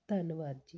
ਧੰਨਵਾਦ ਜੀ